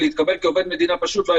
לא הייתי יכול להתקבל כעובד מדינה פשוט.